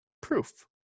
proof